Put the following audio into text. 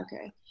okay